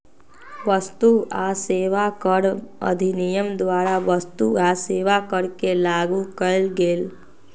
वस्तु आ सेवा कर अधिनियम द्वारा वस्तु आ सेवा कर के लागू कएल गेल